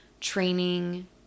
training